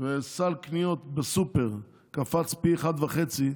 וסל קניות בסופר קפץ פי 1.5,